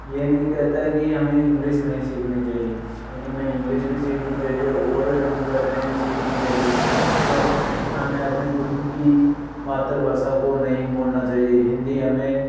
ये नहीं कहता है कि ये हमें इंग्लिश नहीं सीखनी चाहिए सही में इंग्लिश भी सीखनी चाहिए और अधिक भाषाएँ भी सीखनी चाहिए बट हमें अपने खुद की मातृ भाषा को नहीं भूलना चाहिए हिंदी हमें